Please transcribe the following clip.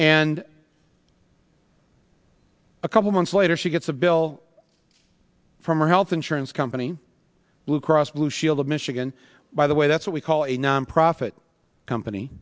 and a couple months later she gets a bill from her health insurance company blue cross blue shield of michigan by the way that's what we call a nonprofit company